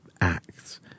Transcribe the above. acts